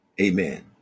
Amen